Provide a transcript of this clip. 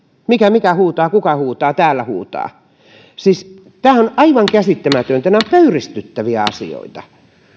mikä mikä huutaa kuka huutaa täällä huutaa siis tämä on aivan käsittämätöntä nämä ovat pöyristyttäviä asioita